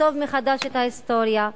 לכתוב מחדש את ההיסטוריה,